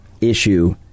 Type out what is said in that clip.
issue